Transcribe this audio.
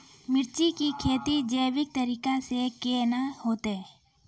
मिर्ची की खेती जैविक तरीका से के ना होते?